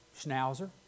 Schnauzer